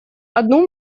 одну